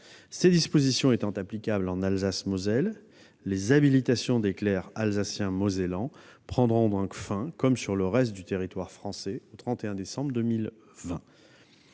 Ces dispositions étant applicables en Alsace-Moselle, les habilitations des clercs alsaciens ou mosellans prendront donc fin, comme sur le reste du territoire français, au 31 décembre 2020.